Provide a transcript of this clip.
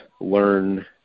learn